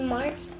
March